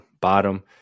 bottom